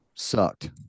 sucked